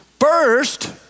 First